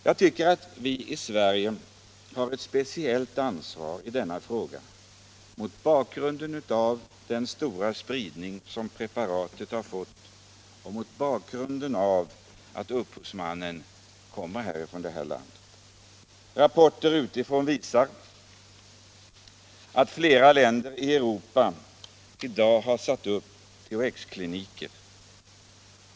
Jag tycker att vi i Sverige har ett speciellt ansvar i denna fråga, mot bakgrund av den stora spridning som preparatet har fått och mot bakgrund av att upphovsmannen kommer från det här landet. Rapporter utifrån visar att flera länder i Europa i dag har satt upp THX-kliniker.